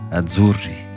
azzurri